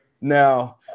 now